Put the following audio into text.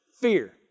fear